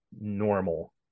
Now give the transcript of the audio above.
normal